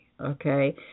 okay